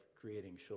creating